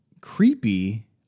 creepy